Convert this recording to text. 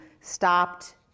stopped